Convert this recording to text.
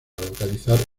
localizar